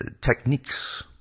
techniques